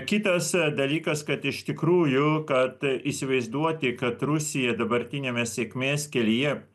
kitas dalykas kad iš tikrųjų kad įsivaizduoti kad rusija dabartiniame sėkmės kelyje